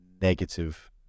negative